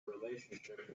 relationship